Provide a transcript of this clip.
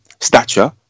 stature